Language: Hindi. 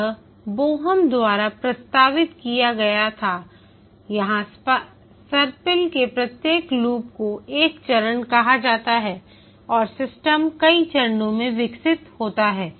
यह बोहम द्वारा प्रस्तावित किया गया था यहां सर्पिल के प्रत्येक लूप को एक चरण कहा जाता है और सिस्टम कई चरणों में विकसित होता है